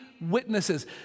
witnesses